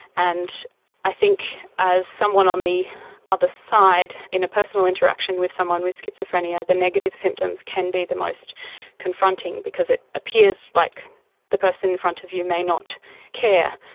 and i think as someone on the ah other side in a personal interaction with someone with schizophrenia, the negative symptoms can be the most confronting because it appears like the person in front of you may not care,